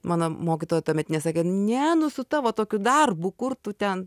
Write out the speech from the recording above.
mano mokytoja tuometinė sakė ne nu su tavo tokiu darbu kur tu ten